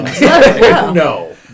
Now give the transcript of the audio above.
No